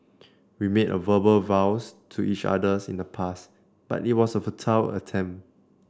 we made a verbal vows to each others in the past but it was a futile attempt